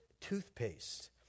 toothpaste